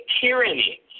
tyranny